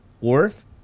worth